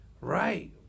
Right